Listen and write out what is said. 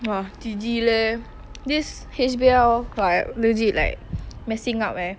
!wah! G_G leh this H_B_L like legit like messing up eh